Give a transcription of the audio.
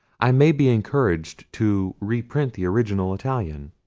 i may be encouraged to reprint the original italian,